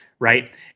Right